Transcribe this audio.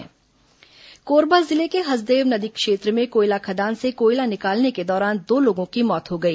कोयला खुदाई मौत कोरबा जिले के हसदेव नदी क्षेत्र में कोयला खदान से कोयला निकालने के दौरान दो लोगों की मौत हो गई